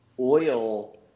oil